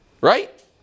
right